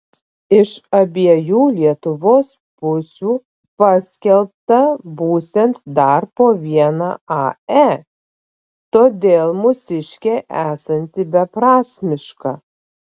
iš abiejų lietuvos pusių paskelbta būsiant dar po vieną ae todėl mūsiškė esanti beprasmiška